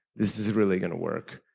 this is really going to work.